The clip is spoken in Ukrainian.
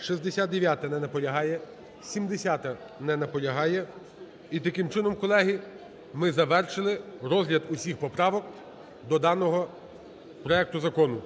69-а. Не наполягає. 70-а. Не наполягає. І таким чином, колеги, ми завершили розгляд усіх поправок до даного проекту закону.